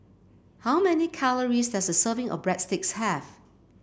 how many calories does a serving of Breadsticks have